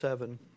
seven